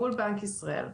מול בנק ישראל,